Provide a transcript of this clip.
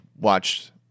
watched